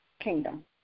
kingdom